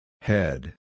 Head